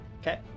Okay